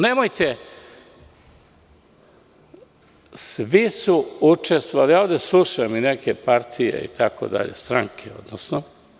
Nemojte, svi su učestvovali, ovde slušam i neke partije, itd, stranke odnosno.